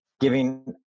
giving